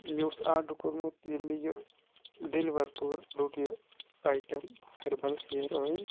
مےٚ اوس آرڈَر کوٚرمُت ییٚلہِ مےٚ یہِ ڈیٚلِوَر کوٚر روٚٹ یہِ اَیٹَم ہیٚربَل ہیَر اۄیٚل